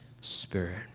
Spirit